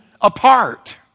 apart